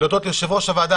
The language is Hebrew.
להודות ליושב-ראש הוועדה,